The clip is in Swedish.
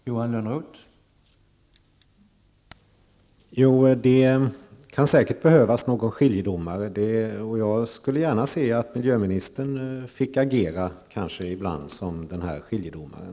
Herr talman! Det kan säkert behövas en skiljedomare, och jag skulle gärna se att miljöministern ibland fick agera som denna skiljedomare.